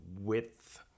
width